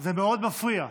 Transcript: זה מפריע מאוד,